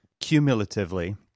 cumulatively